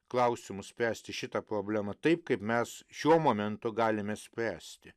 klausimus spręsti šitą problemą taip kaip mes šiuo momentu galime spręsti